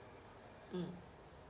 mm